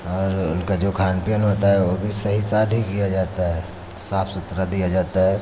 और उनका जो खान पियन होता है ओ भी सही साढ़ी किया जाता है साफ़ सुथरा दिया जाता है